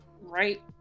right